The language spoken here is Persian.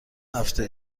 هفته